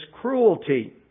cruelty